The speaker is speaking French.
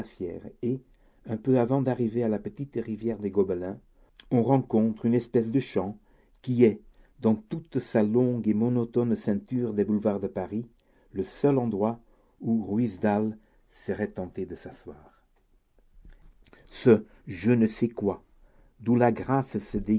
et un peu avant d'arriver à la petite rivière des gobelins on rencontre une espèce de champ qui est dans toute la longue et monotone ceinture des boulevards de paris le seul endroit où ruisdael serait tenté de s'asseoir ce je ne sais quoi d'où la grâce